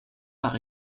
par